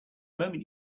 moment